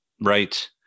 Right